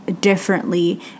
differently